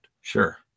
sure